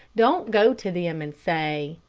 don't go to them and say,